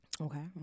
Okay